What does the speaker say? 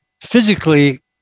physically